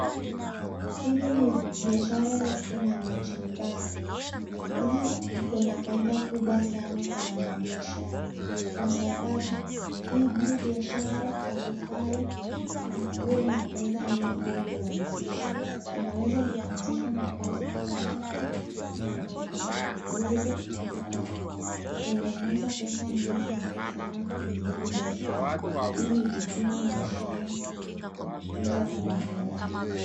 Hili ni biashara la machambali. Hizi iko na faida kubwa sana kwa wanabiashara kwa sababu hili biashara halifai ukuwe na pesa nyingi ili uanzishe. Linaweza likaanzishwa na pesa chache tu na ukaweza ukatengeneza pesa nyingi sana kwenye hili biashara ili ujikimu maishani na kutunza familia yako.